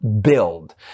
build